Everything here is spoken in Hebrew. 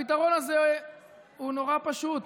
הפתרון הזה הוא נורא פשוט.